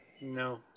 No